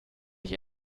dich